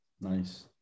nice